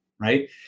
right